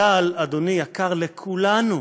צה"ל, אדוני, יקר לכולנו.